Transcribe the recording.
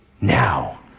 Now